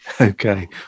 Okay